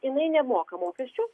jinai nemoka mokesčių